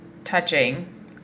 touching